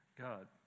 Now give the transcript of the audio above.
God